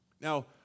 Now